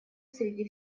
среди